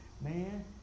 Man